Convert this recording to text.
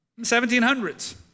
1700s